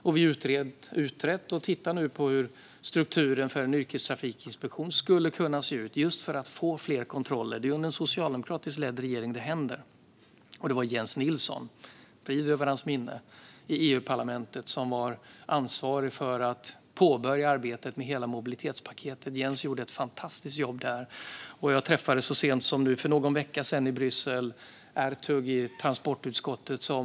Vi har också utrett och tittar nu på hur strukturen för en yrkestrafikinspektion skulle kunna se ut, just för att få fler kontroller. Det är under en socialdemokratiskt ledd regering det händer. I EU-parlamentet var det dessutom Jens Nilsson - frid över hans minne - som var ansvarig för att påbörja arbetet med mobilitetspaketet. Jens gjorde ett fantastiskt jobb där. Så sent som för någon vecka sedan träffade jag Ertug i transportutskottet i Bryssel.